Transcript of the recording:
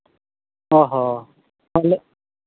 ᱦᱚᱸ ᱦᱚᱸ